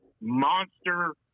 monster